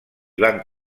van